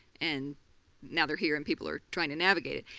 and now they're here and people are trying to navigate it.